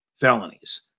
felonies